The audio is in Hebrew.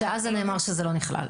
שאז נאמר שזה לא נכלל.